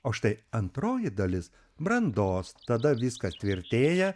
o štai antroji dalis brandos tada viskas tvirtėja